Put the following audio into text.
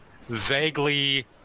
vaguely